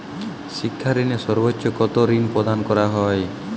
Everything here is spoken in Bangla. শিক্ষা ঋণে সর্বোচ্চ কতো ঋণ প্রদান করা হয়?